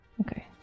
Okay